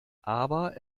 aber